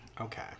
Okay